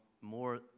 more